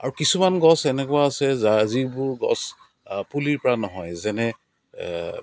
আৰু কিছুমান গছ এনেকুৱা আছে যাৰ যিবোৰ গছ পুলিৰ পৰা নহয় যেনে